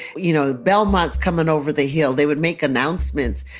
you know, belmont's coming over the hill. they would make announcements.